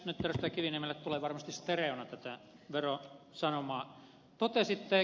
nyt edustaja kiviniemelle tulee varmasti stereona tätä verosanomaa